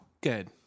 good